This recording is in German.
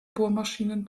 bohrmaschinen